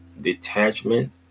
detachment